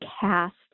cast